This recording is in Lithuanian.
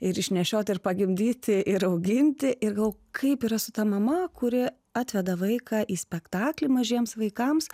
ir išnešioti ir pagimdyti ir auginti ir gal kaip yra su ta mama kuri atveda vaiką į spektaklį mažiems vaikams